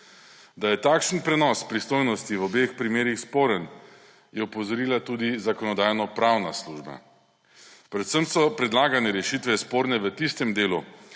Da je takšen prenos pristojnosti v obeh primerih sporen, je opozorila tudi Zakonodajno-pravna služba. Predvsem so predlagane rešitve sporne v tistem delu,